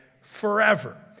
forever